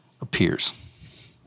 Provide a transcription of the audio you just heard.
appears